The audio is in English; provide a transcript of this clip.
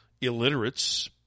illiterates